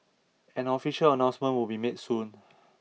an official announcement would be made soon